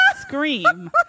scream